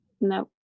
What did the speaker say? No